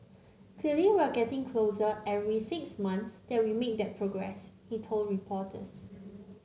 clearly we're getting closer every six months that we make that progress he told reporters